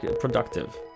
productive